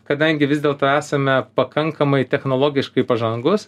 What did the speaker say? kadangi vis dėlto esame pakankamai technologiškai pažangūs